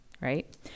right